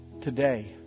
Today